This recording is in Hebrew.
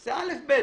זה א'-ב'.